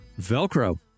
Velcro